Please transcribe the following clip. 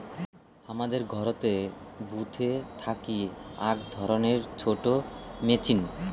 হামাদের ঘরতের বুথিতে থাকি আক ধরণের ছোট মেচিন